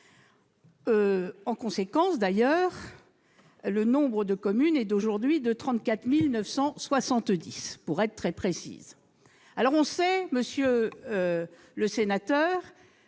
En conséquence, le nombre de communes est aujourd'hui de 34 970, pour être très précise. On le sait, monsieur le sénateur,